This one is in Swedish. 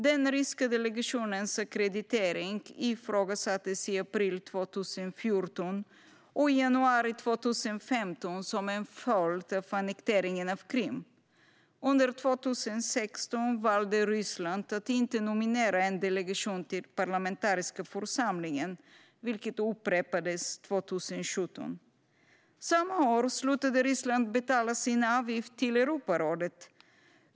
Den ryska delegationens ackreditering ifrågasattes i april 2014 och i januari 2015 som en följd av annekteringen av Krim. Under 2016 valde Ryssland att inte nominera en delegation till den parlamentariska församlingen, vilket upprepades 2017. Samma år slutade Ryssland betala sin avgift till Europarådet.